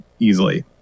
easily